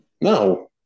no